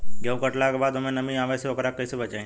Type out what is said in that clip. गेंहू कटला के बाद ओमे नमी आवे से ओकरा के कैसे बचाई?